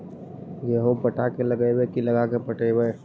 गेहूं पटा के लगइबै की लगा के पटइबै?